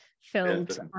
filled